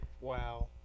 Wow